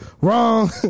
Wrong